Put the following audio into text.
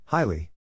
Highly